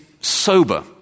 sober